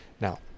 Now